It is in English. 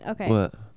Okay